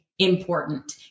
Important